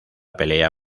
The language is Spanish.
pelea